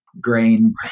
grain